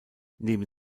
neben